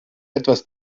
etwas